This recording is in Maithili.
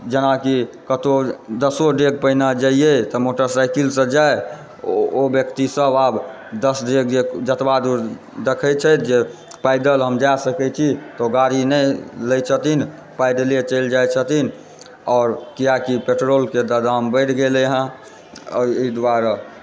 जेनाकि कतौ दसो डेग पहिने जाइयै तऽ मोटरसाइकलसँ जाइ ओ व्यक्ति सब आब दस डेग जतबा दूर देखै छथि जे पैदल हम जा सकै छी तऽ ओ गाड़ी नहि लै छथिन पैदले चलि जाइ छथिन आओर कियाकि पेट्रोलके तऽ दाम बढ़ि गेलै हँ अहि दुआरे